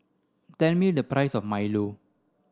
tell me the price of Milo